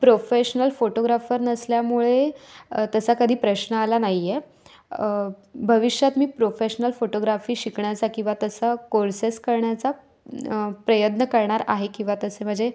professional photographer नसल्यामुळे तसा कधी प्रश्न आला नाही आहे भविष्यात मी प्रोफेशनल फोटोग्राफी शिकण्याचा किंवा तसा कोल्सेस करण्याचा प्रयत्न करणार आहे किंवा तसे माझे